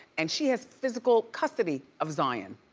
and she has physical custody of zion.